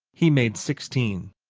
he made sixteen.